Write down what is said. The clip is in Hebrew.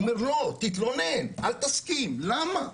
הוא אומר לא, שיתלונן ולא יסכים, למה?